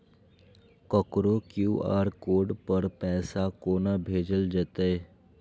ककरो QR code पर पैसा कोना भेजल जेतै?